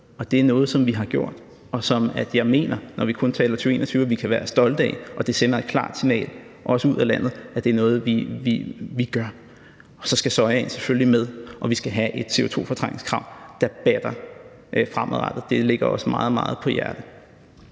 det er noget, som vi har gjort, og som jeg mener, når vi kun taler 2021, vi kan være stolte af. Det sender et klart signal også ud af landet om, at det er noget, vi gør. Og så skal sojaen selvfølgelig med, og vi skal have et CO2-fortrængningskrav, der batter, fremadrettet. Det ligger os meget, meget